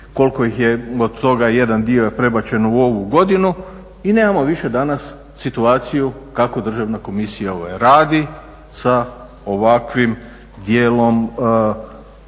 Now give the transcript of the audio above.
koliko ih je od toga jedan dio je prebačen u ovu godinu i nemamo više danas situaciju kako Državna komisija radi sa ovakvim dijelom